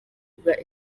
bwa